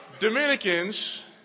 Dominicans